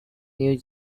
new